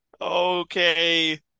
Okay